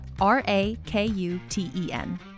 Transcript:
R-A-K-U-T-E-N